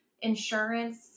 Insurance